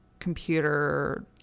computer